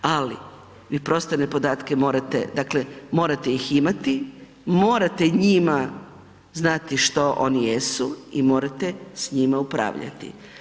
Ali vi prostorne podatke morate ih imati, morate o njima znati i što oni jesu i morate s njima upravljati.